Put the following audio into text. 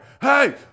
hey